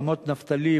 רמות-נפתלי,